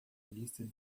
lista